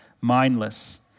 mindless